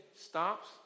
stops